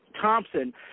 Thompson